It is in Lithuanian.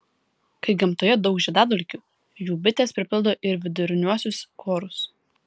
kai gamtoje daug žiedadulkių jų bitės pripildo ir viduriniuosius korus